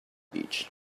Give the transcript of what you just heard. beach